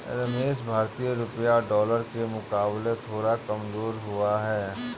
रमेश भारतीय रुपया डॉलर के मुकाबले थोड़ा कमजोर हुआ है